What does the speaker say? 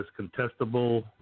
contestable